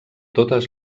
totes